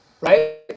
right